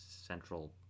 central